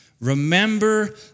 Remember